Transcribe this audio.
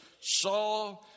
saw